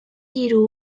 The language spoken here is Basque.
hiru